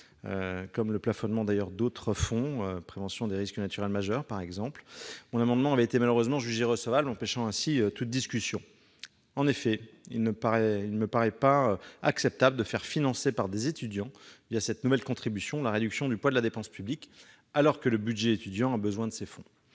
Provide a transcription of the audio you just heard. par exemple celui du Fonds de prévention des risques naturels majeurs. Mon amendement avait malheureusement été jugé irrecevable, ce qui a empêché toute discussion. En effet, il ne paraît pas acceptable de faire financer par des étudiants, cette nouvelle contribution, la réduction du poids de la dépense publique alors que le budget étudiant a besoin de ces fonds.